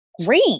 Great